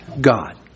God